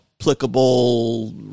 applicable